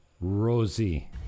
Rosie